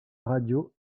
radio